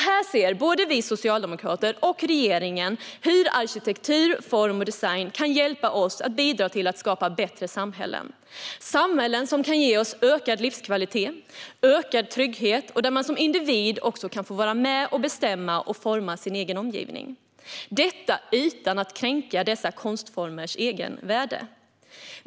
Här ser både vi socialdemokrater och regeringen hur arkitektur, form och design kan hjälpa oss att bidra till att skapa bättre samhällen som kan ge oss ökad livskvalitet och trygghet och där man som individ kan få vara med och bestämma och forma sin egen omgivning - detta utan att kränka dessa konstformers egenvärde.